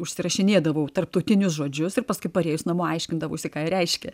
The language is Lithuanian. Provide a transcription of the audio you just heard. užsirašinėdavau tarptautinius žodžius ir paskui parėjus namo aiškindavausi ką jie reiškia